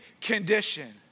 condition